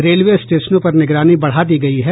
railway स्टेशनों पर निगरानी बढ़ा दी गयी है